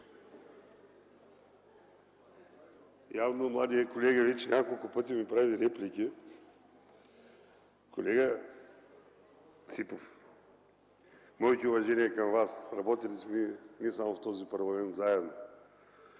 (КБ): Младият колега вече няколко пъти ми прави реплики. Колега Ципов, моите уважения към Вас. Работили сме не само в този парламент заедно.